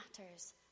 matters